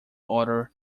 order